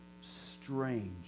strange